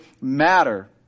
matter